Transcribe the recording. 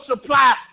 supply